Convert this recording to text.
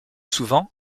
souvent